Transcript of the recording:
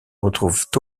retrouvent